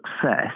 success